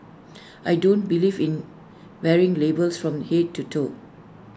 I don't believe in wearing labels from Head to toe